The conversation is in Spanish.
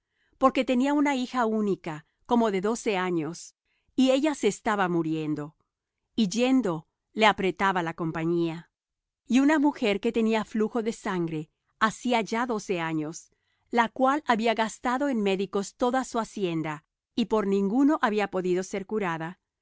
porque tenía una hija única como de doce años y ella se estaba muriendo y yendo le apretaba la compañía y una mujer que tenía flujo de sangre hacía ya doce años la cual había gastado en médicos toda su hacienda y por ninguno había podido ser curada